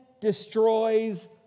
destroys